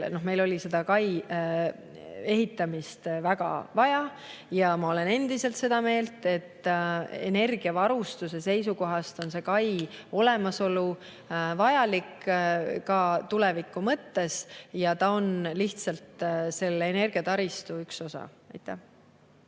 meil selle kai ehitamist väga vaja. Ja ma olen endiselt seda meelt, et energiavarustuse seisukohast on selle kai olemasolu vajalik ka tuleviku mõttes ja see on lihtsalt energiataristu üks osa. Aitäh!